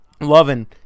loving